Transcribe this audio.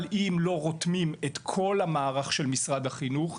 אבל אם לא רותמים את כל המערך של משרד החינוך,